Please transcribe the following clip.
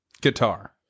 Guitar